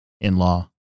in-law